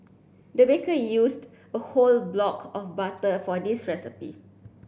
the baker used a whole block of butter for this recipe